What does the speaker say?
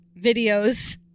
videos